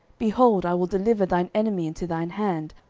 behold, i will deliver thine enemy into thine hand,